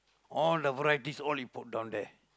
all the varieties all you put down there